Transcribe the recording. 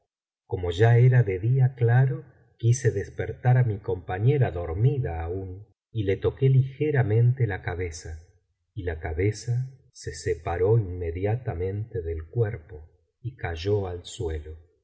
como ya era de día claro quise despertar á mi compañera dormida aún y le toqué ligem biblioteca valenciana generalitat valenciana las mil noches y una noche ramente la cabeza y la cabeza se separó inmediamente del cuerpo y cayó al suelo